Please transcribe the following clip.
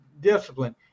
discipline